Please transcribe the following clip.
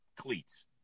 cleats